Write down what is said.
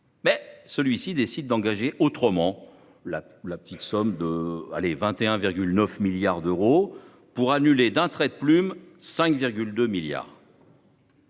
mais celui ci décide d’engager autrement la modeste somme de 21,9 milliards d’euros et d’annuler d’un trait de plume 5,2 milliards